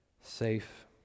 safe